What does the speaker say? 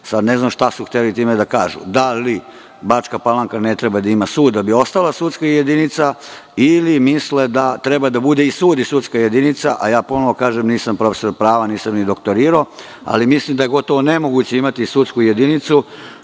sud. Ne znam šta su hteli time da kažu, da li Bačka Palanka ne treba da ima sud da bi ostala sudska jedinica ili misle da treba da bude i sud i sudska jedinica? Ja ponovo kažem, nisam profesor prava, nisam ni doktorirao, ali mislim da je gotovo nemoguće imati sudsku jedinicu